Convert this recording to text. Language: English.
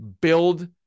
Build